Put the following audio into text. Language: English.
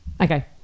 Okay